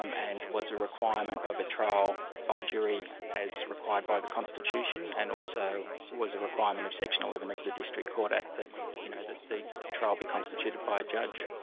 um and was a requirement of a trial by jury as required by the constitution and also was a requirement of section eleven of the district court ah that you know the the trial be constituted by a judge.